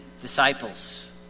disciples